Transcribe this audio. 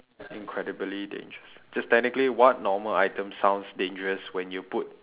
incredibly dangerous just technically what normal item sounds dangerous when you put